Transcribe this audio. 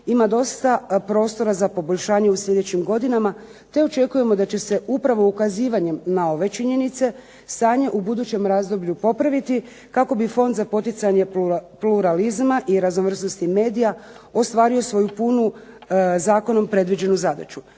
ima dosta prostora za poboljšanje u sljedećim godinama te očekujemo da će se upravo ukazivanjem na ove činjenice stanje u budućem razdoblju popraviti kako bi Fond za poticanje pluralizma i raznovrsnosti medija ostvario svoju punu zakonom predviđenu zadaću.